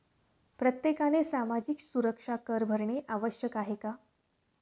प्रत्येकाने सामाजिक सुरक्षा कर भरणे आवश्यक आहे का?